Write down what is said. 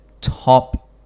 top